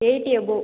eighty above